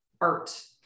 art